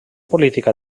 política